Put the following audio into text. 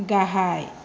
गाहाय